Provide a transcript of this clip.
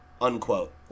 unquote